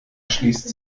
schließt